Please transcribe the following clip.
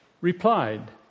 replied